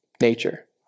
nature